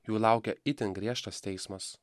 jų laukia itin griežtas teismas